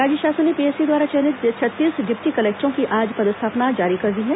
राज्य शासन ने पीएससी द्वारा चयनित छत्तीस डिप्टी कलेक्टरों की आज पदस्थापना कर दी है